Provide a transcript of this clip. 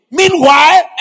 meanwhile